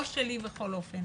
לא שלי, בכל אופן.